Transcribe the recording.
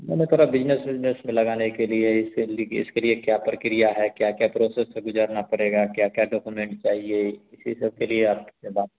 माने तोड़ा business business में लगाने के लिए इसके लिए इसके लिए क्या प्रक्रिया है क्या क्या प्रोसेस से गुज़रना पड़ेगा क्या क्या डॉकोमेंट्स चाहिए इसी सब के लिए आप से बात